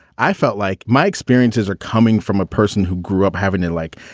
i felt like my experiences are coming from a person who grew up having to, like,